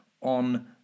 on